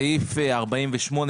בסעיף 48,